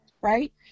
right